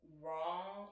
wrong